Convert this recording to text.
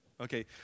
Okay